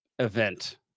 Event